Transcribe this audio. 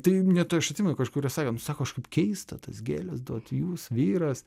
tai net tai aš atsimenu kažkur jie sako aš nu sako kažkaip keista tas gėles duot jūs vyras